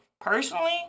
personally